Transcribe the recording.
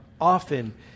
often